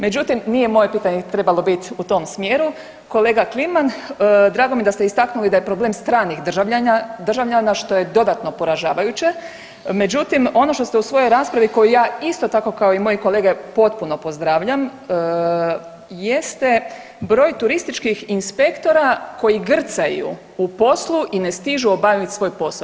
Međutim, nije moje pitanje trebalo biti u tom smjeru kolega Kliman drago mi je da ste istaknuli da je problem stranih državljana što je dodatno poražavajuće, međutim ono što ste u svojoj raspravi koju ja isto tako kao i moji kolege potpuno pozdravljam jeste broj turističkih inspektora koji grcaju u poslu i ne stižu obavit svoj posao.